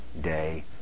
day